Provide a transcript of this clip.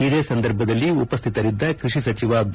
ಇದೇ ಸಂದರ್ಭದಲ್ಲಿ ಉಪಸ್ಥಿತರಿದ್ದ ಕೃಷಿ ಸಚಿವ ಬಿ